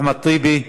אחמד טיבי,